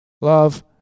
love